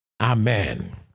Amen